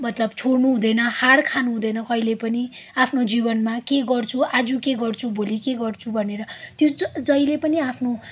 मतलब छोड्नु हुँदैन हार खानु हुँदैन कहिले पनि आफ्नो जीवनमा के गर्छु आज के गर्छु भोलि के गर्छु भनेर त्यो ज जहिले पनि आफ्नो